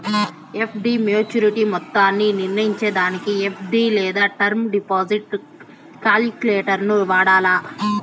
FD maturity మొత్తాన్ని నిర్నయించేదానికి FD లేదా టర్మ్ డిపాజిట్ కాలిక్యులేటరును వాడాల